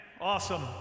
Awesome